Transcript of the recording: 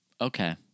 Okay